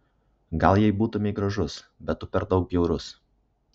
gal jei būtumei gražus bet tu per daug bjaurus